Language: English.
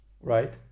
right